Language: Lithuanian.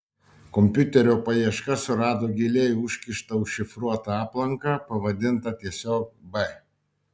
kompiuterio paieška surado giliai užkištą užšifruotą aplanką pavadintą tiesiog b